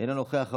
אינו נוכח.